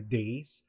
days